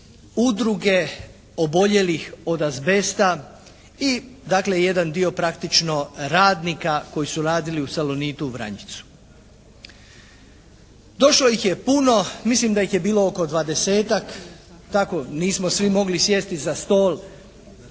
udruge oboljelih od azbesta i dakle jedan dio praktično radnika koji su radili u “Salonitu“ u Vranjicu. Došlo ih je puno. Mislim da ih je bilo oko dvadesetak. Tako nismo svi mogli sjesti za stol,